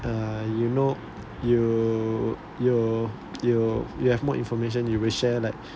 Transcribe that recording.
uh uh you know you you you you have more information you will share like